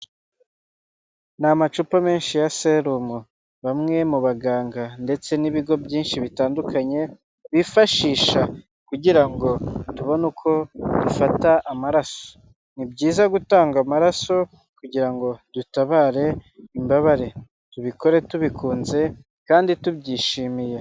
Ni amacupa menshi ya serumu, bamwe mu baganga ndetse n'ibigo byinshi bitandukanye bifashisha kugira ngo tubone uko dufata amaraso, ni byiza gutanga amaraso kugira ngo dutabare imbabare, tubikore tubikunze kandi tubyishimiye.